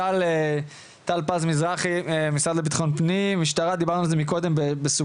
טל פז מזרחי מהמשרד לביטחון פנים, משטרת ישראל.